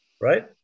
right